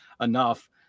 enough